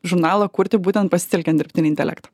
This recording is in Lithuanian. žurnalą kurti būtent pasitelkiant dirbtinį intelektą